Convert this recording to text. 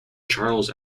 charles